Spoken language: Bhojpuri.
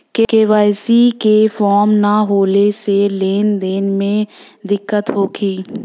के.वाइ.सी के फार्म न होले से लेन देन में दिक्कत होखी?